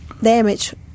damage